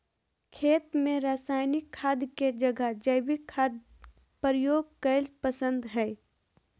खेत में रासायनिक खाद के जगह जैविक खाद प्रयोग कईल पसंद हई